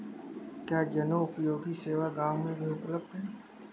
क्या जनोपयोगी सेवा गाँव में भी उपलब्ध है?